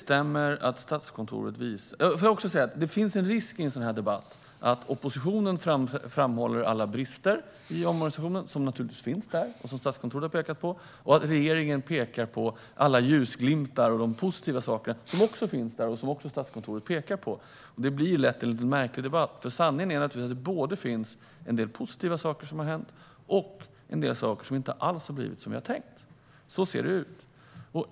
Jag vill också säga att det finns en risk i en sådan här debatt att oppositionen framhåller alla brister i omorganisationen, som naturligtvis finns där och som Statskontoret har pekat på, och att regeringen pekar på alla ljusglimtar och de positiva saker som också finns där och som Statskontoret också pekar på. Det blir lätt en lite märklig debatt, för sanningen är naturligtvis att det både finns en del positiva saker som har hänt och en del saker som inte alls har blivit som vi har tänkt. Så ser det ut.